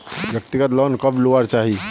व्यक्तिगत लोन कब लुबार चही?